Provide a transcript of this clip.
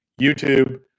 YouTube